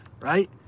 right